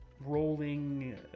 rolling